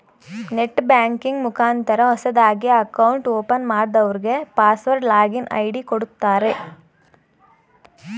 net banking ಮುಖಾಂತರ ಹೊಸದಾಗಿ account open ಮಾಡದವ್ರಗೆ ಪಾಸ್ವರ್ಡ್ ಲಾಗಿನ್ ಐ.ಡಿ ಕೊಡುತ್ತಾರೆ